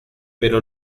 pero